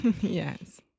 Yes